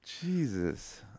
Jesus